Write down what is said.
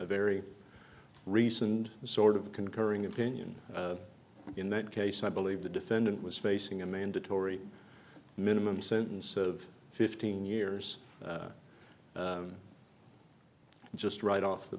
very reasoned sort of concurring opinion in that case i believe the defendant was facing a mandatory minimum sentence of fifteen years just right off the